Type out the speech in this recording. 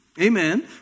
Amen